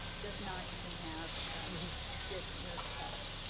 does not even have this nurse kelly,